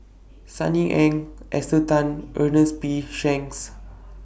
Sunny Ang Esther Tan Ernest P Shanks